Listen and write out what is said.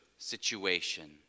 situation